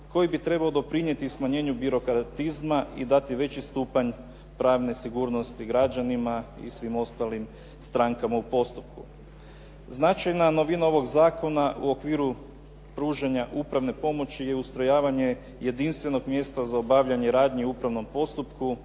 koji bi trebao doprinijeti smanjenju birokratizma i dati veći stupanj pravne sigurnosti građanima i svim ostalim strankama u postupku. Značajna novina ovog zakona koju držim vrlo značajnom, stvaranje je pravnih mogućnosti za korištenje suvremenih dostignuća